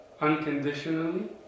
unconditionally